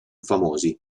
famosi